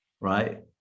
Right